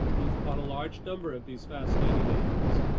you've caught a large number of these fascinating animals.